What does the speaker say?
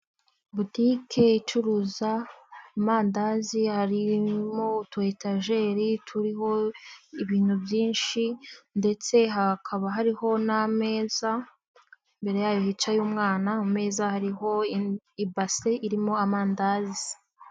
Butike icuruza amandazi harimo utu etajeri turiho ibintu byinshi ndetse hakaba hariho n'ameza, imbere yayo hicaye umwana, ku meza hariho ibase irimo amandazi.